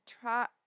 try